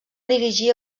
dirigir